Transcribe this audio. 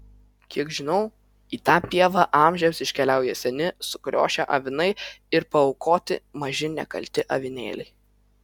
kiek žinau į tą pievą amžiams iškeliauja seni sukriošę avinai ir paaukoti maži nekalti avinėliai